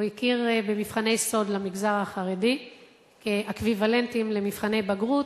הוא הכיר במבחני סאלד למגזר החרדי כאקוויוולנטיים למבחני בגרות,